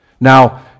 Now